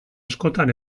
askotan